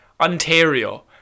Ontario